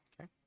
Okay